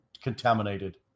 contaminated